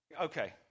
Okay